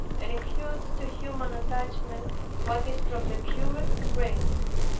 and imputes to human attachment what is from the purest grace.